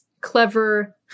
clever